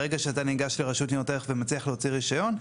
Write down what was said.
ברגע שאתה ניגש לרשות ניירות ערך ומצליח להוציא רישיון,